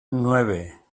nueve